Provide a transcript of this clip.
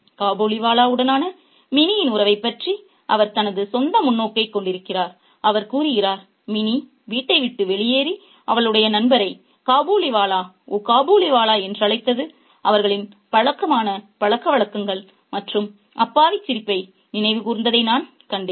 காபூலிவாலாவுடனான மினியின் உறவைப் பற்றி அவர் தனது சொந்த முன்னோக்கைக் கொண்டிருக்கிறார் அவர் கூறுகிறார் மினி வீட்டை விட்டு வெளியேறி அவளுடைய நண்பரை காபூலிவாலா ஓ காபூலிவாலா என்றழைத்து அவர்களின் பழக்கமான பழக்கவழக்கங்கள் மற்றும் அப்பாவி சிரிப்பை நினைவு கூர்ந்ததை நான் கண்டேன்